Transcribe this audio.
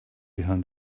behind